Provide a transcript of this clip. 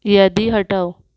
यादी हटव